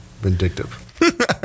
vindictive